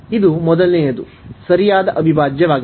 ಇದು ಮೊದಲನೆಯದು ಸರಿಯಾದ ಅವಿಭಾಜ್ಯವಾಗಿದೆ